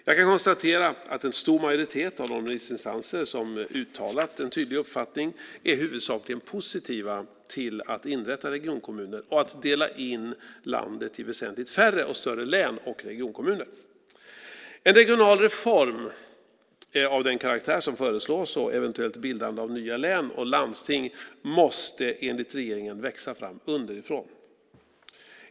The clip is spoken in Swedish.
Jag kan konstatera att en stor majoritet av de remissinstanser som uttalat en tydlig uppfattning är huvudsakligen positiva till att inrätta regionkommuner och att dela in landet i väsentligt färre och större län och regionkommuner. En regional reform av den karaktär som föreslås och eventuellt bildande av nya län och landsting måste enligt regeringen växa fram underifrån.